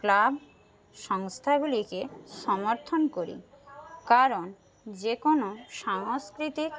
club সংস্থাগুলিকে সমর্থন করি কারণ যে কোনো সাংস্কৃতিক